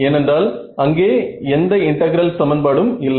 ஏனென்றால் அங்கே எந்த இன்டெகிரல் சமன்பாடும் இல்லை